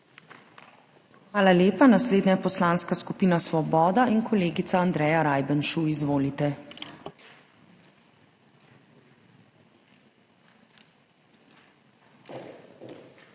Hvala lepa. Naslednja je Poslanska skupina Svoboda in kolegica Andreja Rajbenšu. Izvolite. **ANDREJA